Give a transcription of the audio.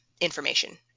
information